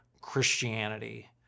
Christianity